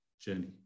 journey